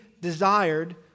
desired